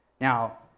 Now